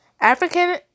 African